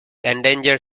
endangered